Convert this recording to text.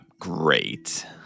great